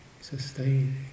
sustaining